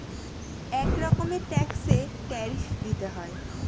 এক রকমের ট্যাক্সে ট্যারিফ দিতে হয়